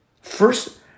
first